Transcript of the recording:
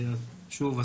שוב,